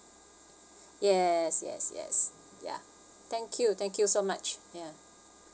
yes yes yes ya thank you thank you so much ya